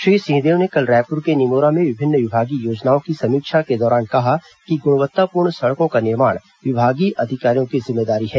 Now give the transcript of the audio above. श्री सिंहदेव ने कल रायपुर के निमोरा में विभिन्न विभागीय योजनाओं की समीक्षा के दौरान कहा कि गुणवत्तापूर्ण सड़कों का निर्माण विभागीय अधिकारियों की जिम्मेदारी है